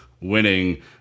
winning